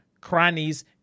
crannies